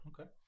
Okay